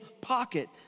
pocket